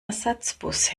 ersatzbus